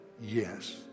yes